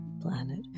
planet